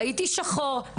ראיתי שחור,